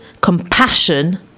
compassion